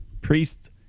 Priest